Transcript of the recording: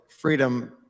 freedom